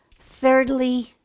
Thirdly